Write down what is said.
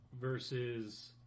versus